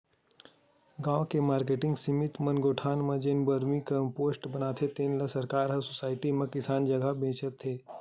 गाँव के मारकेटिंग समिति मन गोठान म जेन वरमी कम्पोस्ट बनाथे तेन ल सरकार ह सुसायटी म किसान जघा बेचत हे